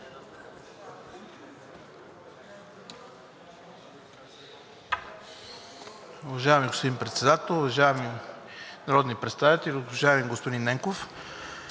Уважаеми господин Председател, уважаеми народни представители, уважаеми господи Ненков!